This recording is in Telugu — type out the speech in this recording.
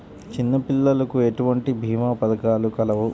చిన్నపిల్లలకు ఎటువంటి భీమా పథకాలు కలవు?